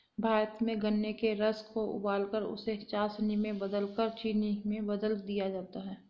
भारत में गन्ने के रस को उबालकर उसे चासनी में बदलकर चीनी में बदल दिया जाता है